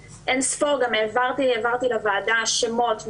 והעברתי לוועדה שמות,